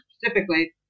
specifically